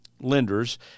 lenders